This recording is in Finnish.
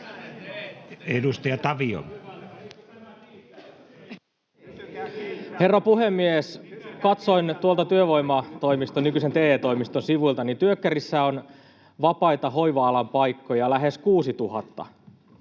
16:12 Content: Herra puhemies! Katsoin tuolta työvoimatoimiston, nykyisen TE-toimiston sivuilta, että työkkärissä on vapaita hoiva-alan paikkoja lähes 6 000.